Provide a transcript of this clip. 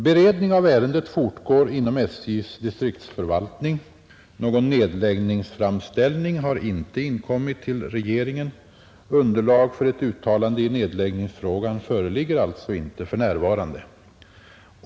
Beredning av ärendet fortgår inom SJ:s distriktsförvaltning. Någon nedläggningsframställning har inte inkommit till regeringen. Underlag för ett uttalande i nedläggningsfrågan föreligger alltså inte för närvarande.